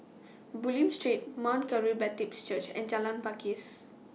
Bulim Street Mount Calvary Baptist Church and Jalan Pakis